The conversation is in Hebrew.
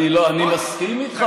בחייך,